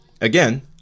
again